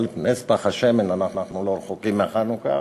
אבל נס פך השמן, אנחנו לא רחוקים מחנוכה,